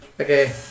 Okay